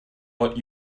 but